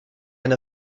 end